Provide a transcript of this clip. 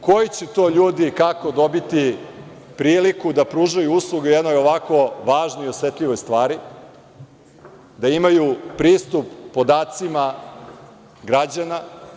Koji će to ljudi i kako dobiti priliku da pružaju usluge u jednoj ovako važnoj i osetljivoj stvari, da imaju pristup podacima građana.